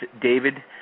David